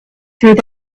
through